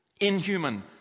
inhuman